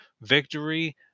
victory